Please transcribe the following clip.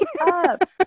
up